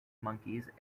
monkeys